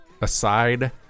aside